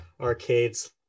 arcades